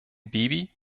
baby